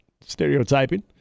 stereotyping